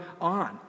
on